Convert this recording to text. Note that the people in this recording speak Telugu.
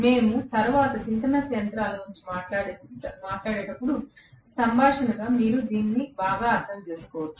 మేము తరువాత సింక్రోనస్ యంత్రాల గురించి మాట్లాడేటప్పుడు సంభాషణగా మీరు దీన్ని బాగా అర్థం చేసుకోవచ్చు